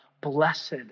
blessed